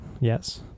yes